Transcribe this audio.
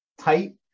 tight